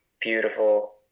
beautiful